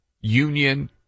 Union